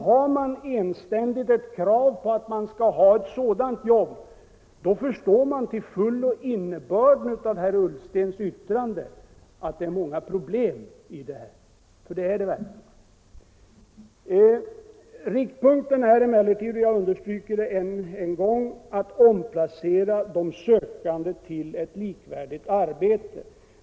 Har man enständigt ett krav på att man skall ha ett sådant likvärdigt jobb då framstår till fullo innebörden av herr Ullstens yttrande att det finns många problem att brottas med på det här området. Riktpunkten är emellertid — jag understryker det än en gång — att omplacera de sökande till ett likvärdigt arbete.